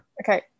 Okay